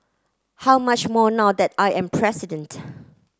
how much more now that I am president